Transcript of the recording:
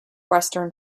western